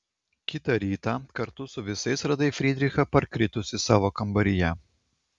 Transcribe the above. kitą rytą kartu su visais radai frydrichą parkritusį savo kambaryje